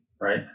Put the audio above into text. Right